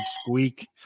squeak